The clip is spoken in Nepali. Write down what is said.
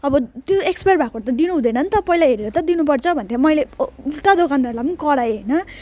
अब त्यो एक्सपायर भएको त दिनु हुँदैन नि त पहिला हेरेर त दिनुपर्छ भनोको थिएँ मैले उल्टा दोकानदारलाई पनि कराएँ होइन